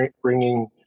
bringing